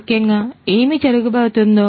ముఖ్యంగా ఏమి జరగబోతోంది